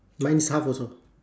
mine's half also